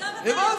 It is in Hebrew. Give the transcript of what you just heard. עכשיו הבנו.